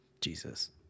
Jesus